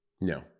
no